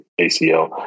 ACL